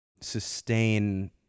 Sustain